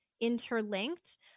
interlinked